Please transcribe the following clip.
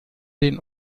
den